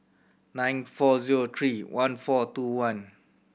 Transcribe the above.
nine four zero three one four two one